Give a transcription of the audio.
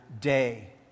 day